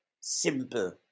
simple